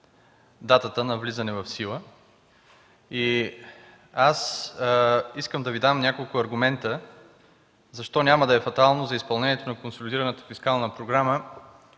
датата на влизане в сила. Аз искам да Ви дам няколко аргумента защо няма да е фатално за изпълнението на консолидираната фискална програма,